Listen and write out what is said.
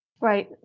Right